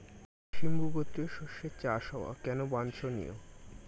সিম্বু গোত্রীয় শস্যের চাষ হওয়া কেন বাঞ্ছনীয়?